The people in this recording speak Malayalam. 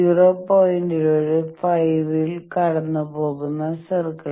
5 ലൂടെയും കടന്നുപോകുന്ന സർക്കിൾ